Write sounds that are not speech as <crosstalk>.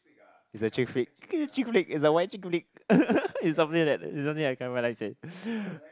it's a chick flick <laughs> chick flick it's a white chick flick <laughs> it's something like that it's something that it's something that said